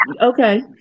Okay